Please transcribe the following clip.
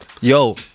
Yo